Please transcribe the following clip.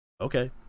okay